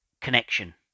connection